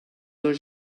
dos